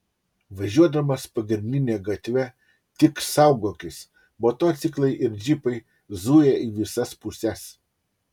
važiuodamas pagrindine gatve tik saugokis motociklai ir džipai zuja į visas puses